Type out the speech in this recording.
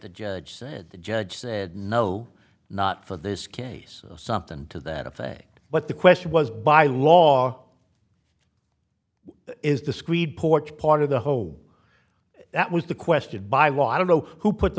the judge said the judge said no not for this case something to that effect but the question was by law is the screed porch part of the home that was the question by well i don't know who put